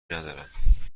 ندارم